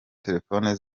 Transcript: telefoni